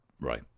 right